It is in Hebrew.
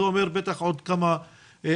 זה אומר עוד כמה ימים.